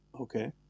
Okay